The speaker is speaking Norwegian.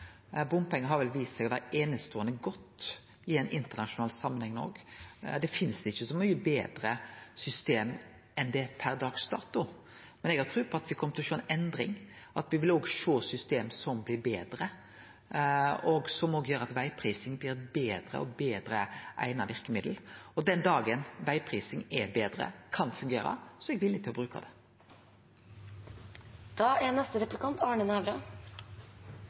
har vel vist seg å vere eineståande godt, òg i ein internasjonal samanheng. Det finst ikkje så mykje betre system enn det per dags dato, men eg har tru på at me kjem til å sjå ei endring, at me òg vil sjå system som blir betre, og som òg gjer at vegprising blir eit betre og betre eigna verkemiddel. Den dagen vegprising er betre og kan fungere, er eg villig til å bruke det. Det er